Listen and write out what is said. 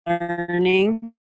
learning